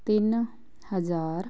ਤਿੰਨ ਹਜ਼ਾਰ